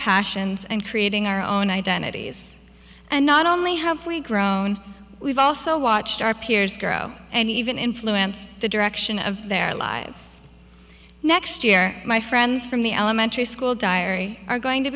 passions and creating our own identities and not only have we grown we've also watched our peers grow and even influence the direction of their lives next year my friends from the elementary school diary are going to